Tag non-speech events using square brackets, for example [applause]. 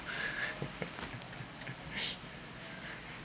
[laughs]